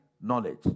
knowledge